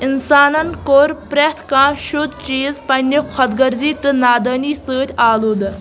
انسانن کوٚر پرٛٮ۪تھ کانٛہہ شُد چیٖز پنٛنہِ خۄد غرضی تہٕ نادٲنی سۭتۍ آلوٗدٕ